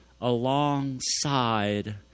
alongside